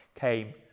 came